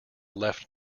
left